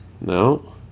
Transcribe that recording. No